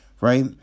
right